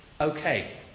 okay